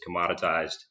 commoditized